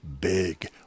big